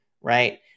Right